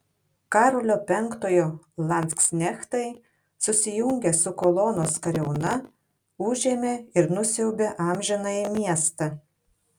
karolio penktojo landsknechtai susijungę su kolonos kariauna užėmė ir nusiaubė amžinąjį miestą